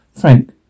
Frank